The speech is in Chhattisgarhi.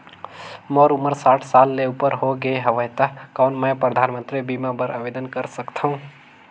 मोर उमर साठ साल ले उपर हो गे हवय त कौन मैं परधानमंतरी बीमा बर आवेदन कर सकथव?